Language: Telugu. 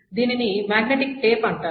దీనిని మాగ్నెటిక్ టేప్ అంటారు